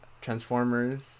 Transformers